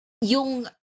yung